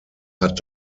hat